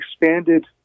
expanded